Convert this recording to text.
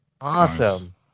Awesome